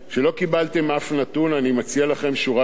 אני מציע לכם שורה של נתונים, תבדקו אותם.